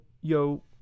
yo